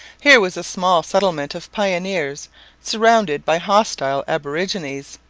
here was a small settlement of pioneers surrounded by hostile aborigines.